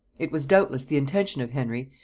it was doubtless the intention of henry,